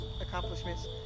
accomplishments